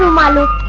la la